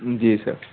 جی سر